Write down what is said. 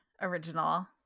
original